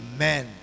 Amen